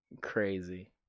Crazy